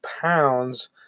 pounds